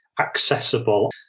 accessible